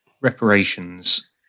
reparations